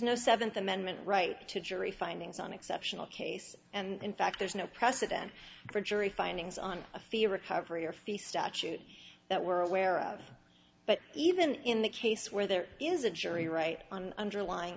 no seventh amendment right to jury findings on exceptional case and in fact there's no precedent for jury findings on a fear recovery or fee statute that we're aware of but even in the case where there is a jury right on underlying